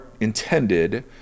intended